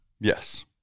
yes